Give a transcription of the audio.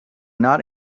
not